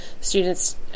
students